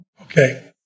Okay